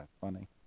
funny